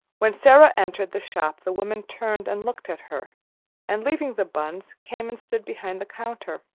when sara entered the shop the woman turned and looked at her and, leaving the buns, came and stood behind the counter.